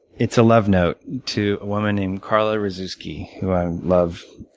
it's a love note to a woman named carla rasuscky who i love